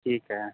ਠੀਕ ਐ